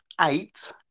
eight